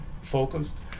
focused